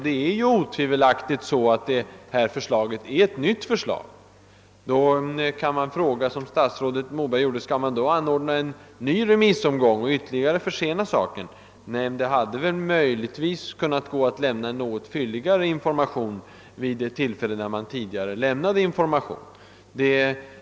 Det rör sig otvivelaktigt om ett nytt förslag, och då kan man naturligtvis, som statsrådet Moberg gjorde, fråga: Skall man anordna en ny remissomgång och ytterligare försena reformen? Men det hade väl varit möjligt att lämna något fylligare upplysningar vid det tillfälle i höstas då information gavs.